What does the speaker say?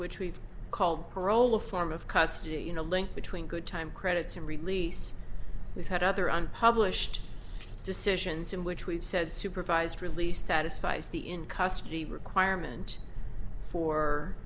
which we've called parole a form of custody you know link between good time credits and release we've had other unpublished decisions in which we've said supervised release satisfies the in custody requirement for